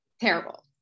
Terrible